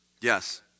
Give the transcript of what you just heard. Yes